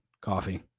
coffee